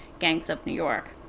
gangs of new york.